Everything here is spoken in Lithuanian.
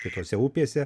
kitose upėse